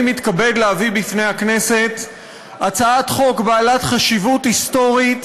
אני מתכבד להביא בפני הכנסת הצעת חוק בעלת חשיבות היסטורית